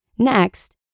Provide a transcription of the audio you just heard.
Next